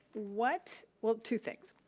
what, well two things.